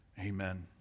Amen